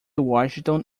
washington